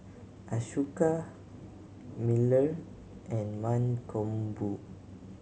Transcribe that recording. Ashoka Bellur and Mankombu